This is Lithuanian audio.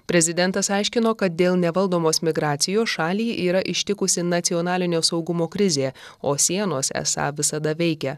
prezidentas aiškino kad dėl nevaldomos migracijos šalį yra ištikusi nacionalinio saugumo krizė o sienos esą visada veikia